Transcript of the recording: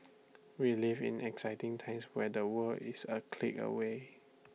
we live in exciting times where the world is A click away